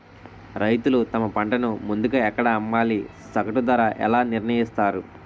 రైతులు తమ పంటను ముందుగా ఎక్కడ అమ్మాలి? సగటు ధర ఎలా నిర్ణయిస్తారు?